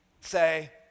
say